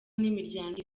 n’imiryango